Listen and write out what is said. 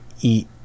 eat